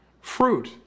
fruit